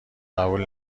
قبول